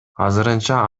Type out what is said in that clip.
азырынча